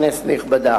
כנסת נכבדה,